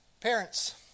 Parents